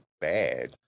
bad